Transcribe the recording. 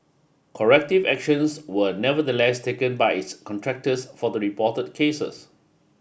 corrective actions were nevertheless taken by its contractors for the reported cases